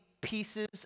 pieces